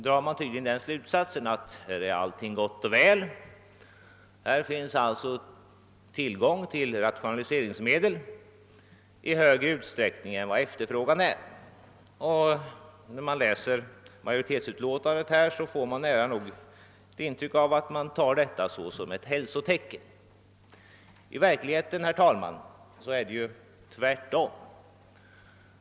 Därav drar utskottet tydligen slutsatsen att allt är gott och väl. Här finns det alltså tillgång till mer rationaliseringsmedel än vad som motsvaras av efterfrågan, och då man läser utskottsutlåtandet får man nära nog intryck av att detta betraktas som ett hälsotecken. Herr talman! I verkligheten är det tvärtom.